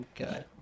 Okay